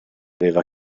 aveva